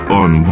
on